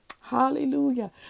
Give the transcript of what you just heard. Hallelujah